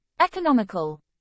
economical